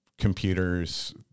computers